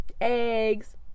Eggs